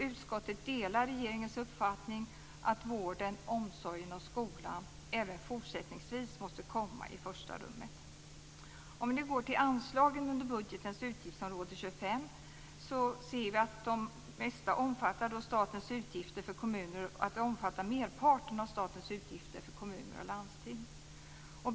Utskottet delar regeringens uppfattning att vården, omsorgen och skolan även fortsättningsvis måste komma i första rummet. Om vi nu går till anslagen under budgetens utgiftsområde 25 så ser vi att de omfattar merparten av statens utgifter för kommuner och landsting.